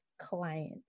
client